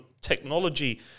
Technology